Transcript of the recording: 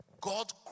God